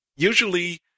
usually